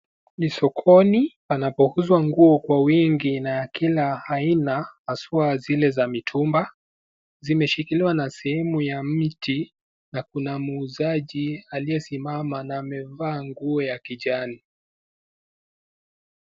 Ni sokoni panapouzwa nguo kwa wingi na ya kila aina, haswa zile za mitumba, zimeshikiliwa na sehemu ya miti, na kuna muuzaji aliye simama na amevaa nguo ya kijani.